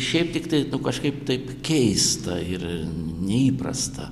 šiaip tiktai nu kažkaip taip keista ir neįprasta